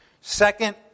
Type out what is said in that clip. Second